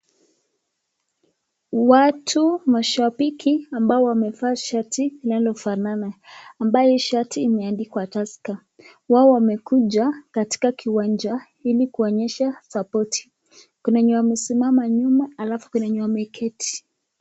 Watu mashabiki ambao wamevaa shati linalo fanana, ambayo hii shati imeandikwa Tusker, wao wamekuja katika kiwanja ili kuonyesha sapoti, kuna wenye wamesimama nyuma halafu kuna wenye wameketi.